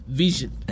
vision